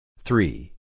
Three